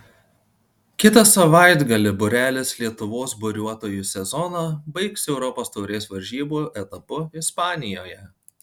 kitą savaitgalį būrelis lietuvos buriuotojų sezoną baigs europos taurės varžybų etapu ispanijoje